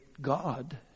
God